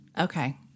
Okay